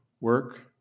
work